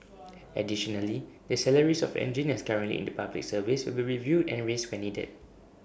additionally the salaries of engineers currently in the Public Service will be reviewed and raised where needed